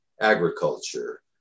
agriculture